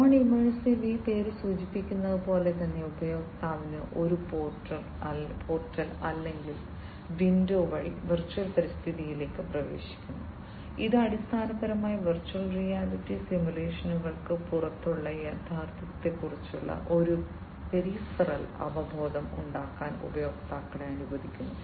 non immersive ഈ പേര് സൂചിപ്പിക്കുന്നത് പോലെ ഉപയോക്താവ് ഒരു പോർട്ടൽ അല്ലെങ്കിൽ വിൻഡോ വഴി വെർച്വൽ പരിതസ്ഥിതിയിലേക്ക് പ്രവേശിക്കുന്നു ഇത് അടിസ്ഥാനപരമായി വെർച്വൽ റിയാലിറ്റി സിമുലേഷനുകൾക്ക് പുറത്തുള്ള യാഥാർത്ഥ്യത്തെക്കുറിച്ച് ഒരു പെരിഫറൽ അവബോധം ഉണ്ടാക്കാൻ ഉപയോക്താക്കളെ അനുവദിക്കുന്നു